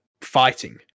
fighting